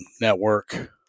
Network